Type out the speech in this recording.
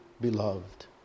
beloved